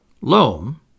Loam